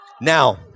Now